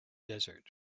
desert